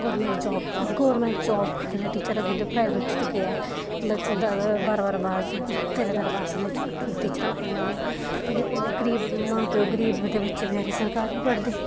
government job government job आह्ले teacher लग्गे दे होंदे प्राइवेट च केह् ऐ बारां बारां पास तेरां तेरां पास दे टीचर लाए दे होंदे गरीब मां प्योऽ गरीब दे बच्चे बचैरे सरकारी पढ़दे